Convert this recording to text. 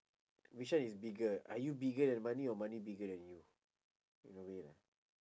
which one is bigger are you bigger than money or money bigger than you in a way lah